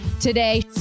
today